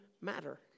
matter